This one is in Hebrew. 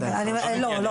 לא, לא.